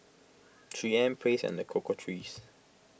three M Praise and the Cocoa Trees